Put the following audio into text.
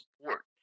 support